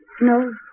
No